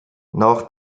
nach